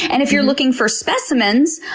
and if you're looking for specimens,